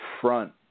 front